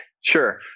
Sure